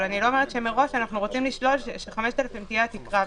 אבל אנחנו לא רוצים מראש לשלול ש-5,000 תהיה התקרה.